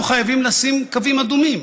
אנחנו חייבים לשים קווים אדומים.